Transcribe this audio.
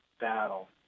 battle